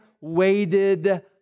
waited